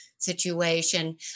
Situation